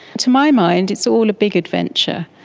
to my mind it's all a big adventure.